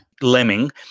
lemming